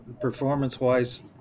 performance-wise